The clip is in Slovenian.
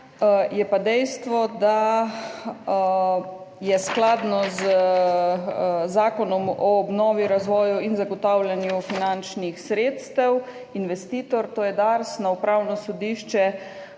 Je pa dejstvo, da je skladno z Zakonom o obnovi, razvoju in zagotavljanju finančnih sredstev investitor, to je DARS, na Upravno sodišče